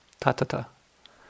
ta-ta-ta